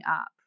up